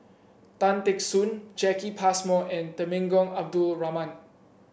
Tan Teck Soon Jacki Passmore and Temenggong Abdul Rahman